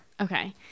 Okay